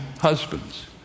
husbands